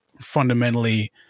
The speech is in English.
fundamentally